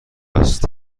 است